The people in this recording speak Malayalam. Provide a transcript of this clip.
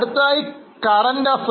അടുത്തതായി current assets